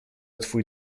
twój